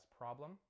problem